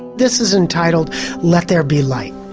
this is entitled let there be light,